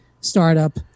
startup